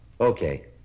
Okay